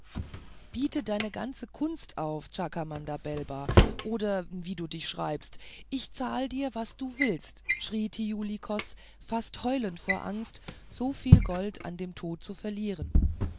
biete deine ganze kunst auf chakamdababelba oder wie du dich schreibst ich zahl dir was du willst schrie thiuli kos fast heulend vor angst so vieles gold an dem tod zu verlieren